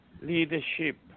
leadership